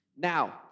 Now